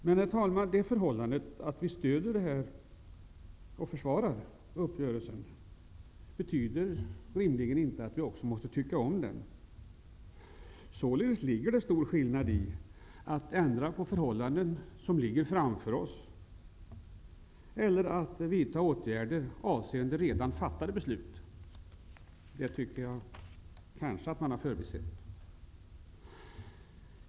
Men, herr talman, det förhållandet att vi stöder och försvarar uppgörelsen betyder rimligen inte att vi också måste tycka om den. Således ligger det en stor skillnad i att ändra på förhållanden som ligger framför oss och att vidta åtgärder avseende ett redan fattat beslut. Det kanske man har förbisett.